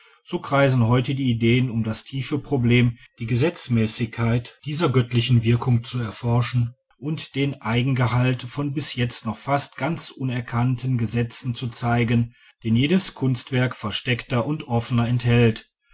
so kreisen heute die ideen um das tiefe problem die gesetzmäßigkeit dieser göttlichen wirkungen zu erforschen und den eigengehalt von bis jetzt noch fast ganz unerkannten gesetzen zu zeigen den jedes kunstwerk versteckter oder offener enthält